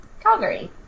Calgary